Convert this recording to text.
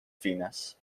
fines